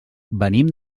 venim